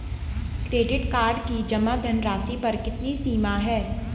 Credit card की जमा धनराशि पर कितनी सीमा है?